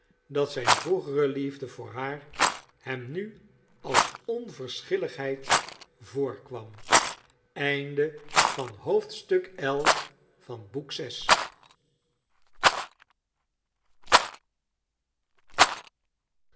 dat zijn vroegere liefde voor haar hem nu als onverschilligheid voorkwam